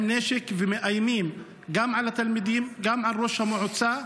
נשק ומאיימים גם על התלמידים וגם על ראש המועצה.